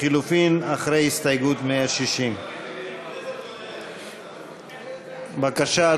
לחלופין אחרי הסתייגות 160. בבקשה,